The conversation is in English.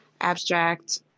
abstract